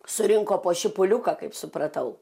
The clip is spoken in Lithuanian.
surinko po šipuliuką kaip supratau